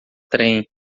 trem